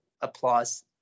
applause